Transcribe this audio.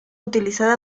utilizada